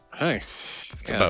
Nice